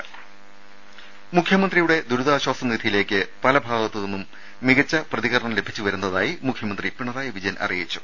ദര മുഖ്യമന്ത്രിയുടെ ദുരിതാശ്വാസ നിധിയിലേക്ക് പല ഭാഗത്ത് നിന്നും മികച്ച പ്രതികരണം ലഭിച്ചു വരുന്നതായി മുഖ്യമന്ത്രി പിണറായി വിജയൻ അറിയിച്ചു